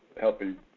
helping